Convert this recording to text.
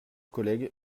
collègues